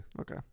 Okay